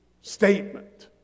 statement